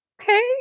okay